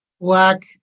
black